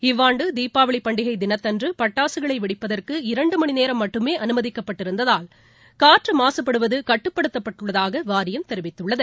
இவ்வாண்டு தீபாவளி பண்டிகை தினத்தன்று பட்டாசுகளை வெடிப்பதற்கு இரண்டு மணிநேரம் மட்டுமே அனுமதிக்கப்பட்டிருந்ததால் காற்று மாகபடுவது கட்டுப்படுத்தப்பட்டுள்ளதாக வாரியம் தெரிவித்துள்ளது